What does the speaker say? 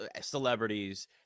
celebrities